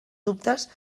dubtes